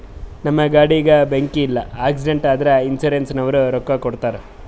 ನಮ್ ಗಾಡಿಗ ಬೆಂಕಿ ಇಲ್ಲ ಆಕ್ಸಿಡೆಂಟ್ ಆದುರ ಇನ್ಸೂರೆನ್ಸನವ್ರು ರೊಕ್ಕಾ ಕೊಡ್ತಾರ್